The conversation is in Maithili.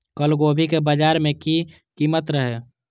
कल गोभी के बाजार में की कीमत रहे?